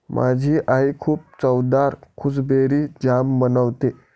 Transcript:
माझी आई खूप चवदार गुसबेरी जाम बनवते